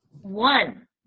One